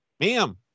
Ma'am